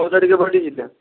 কতো তারিখে পাঠিয়েছিলে